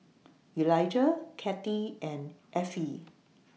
Elijah Cathi and Effie